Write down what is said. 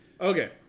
Okay